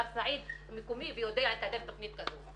מר סעיד הוא מקומי ויודע לתעדף תכנית כזו.